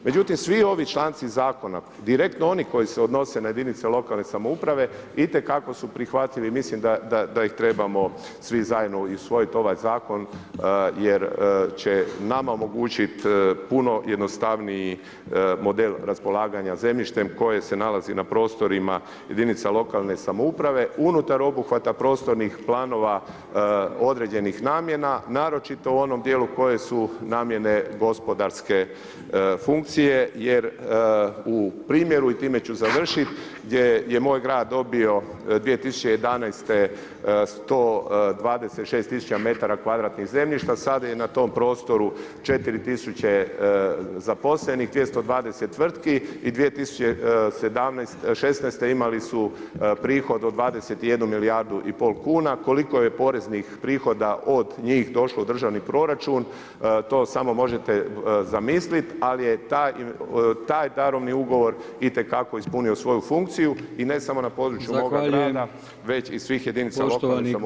Međutim svi ovi članci zakona, direktno oni koji se odnose na jedinice lokalne samouprave itekako su prihvatljivi i mislim da ih trebamo svi zajedno i usvojit ovaj zakon jer će nama omogućit puno jednostavniji model raspolaganja zemljištem koje se nalazi na prostorima jedinica lokalne samouprave, unutar obuhvata prostornih planova određenih namjena, naročito u onom djelu koje su namjene gospodarske funkcije jer u primjeru i time ću završit, gdje je moj grad dobio 2011. 126 000 metara kvadratnih zemljišta, sad je na tom prostoru 4000 zaposlenih, 220 tvrtki i 2016. imali su prihod od 21 milijardu i pol kuna, koliko je poreznih prihoda od njih došlo u državni proračun to samo možete zamislit, ali je taj darovni ugovor itekako ispunio svoju funkciju i ne samo na području moga grada, već i svih jedinica lokalne samouprave u RH.